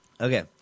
Okay